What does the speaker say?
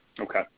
Okay